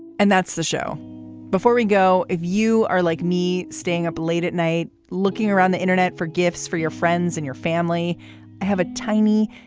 and that's the show before we go. if you are like me staying up late at night, looking around the internet for gifts for your friends and your family. i have a tiny,